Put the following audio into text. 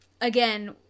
again